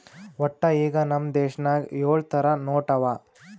ವಟ್ಟ ಈಗ್ ನಮ್ ದೇಶನಾಗ್ ಯೊಳ್ ಥರ ನೋಟ್ ಅವಾ